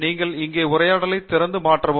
நீங்கள் இங்கே உரையாடலைத் திறந்து மாற்றவும்